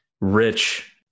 rich